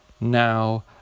now